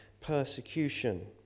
persecution